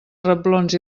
reblons